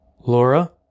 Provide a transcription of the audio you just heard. Laura